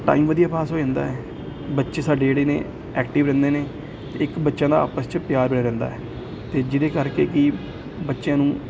time ਵਧੀਆ pass ਹੋ ਜਾਂਦਾ ਹੈ ਬੱਚੇ ਸਾਡੇ ਜਿਹੜੇ ਨੇ ਐਕਟਿਵ ਰਹਿੰਦੇ ਨੇ ਅਤੇ ਇੱਕ ਬੱਚਿਆਂ ਦਾ ਆਪਸ 'ਚ ਪਿਆਰ ਰਿਹਾ ਰਹਿੰਦਾ ਹੈ ਅਤੇ ਜਿਹਦੇ ਕਰਕੇ ਕਿ ਬੱਚਿਆਂ ਨੂੰ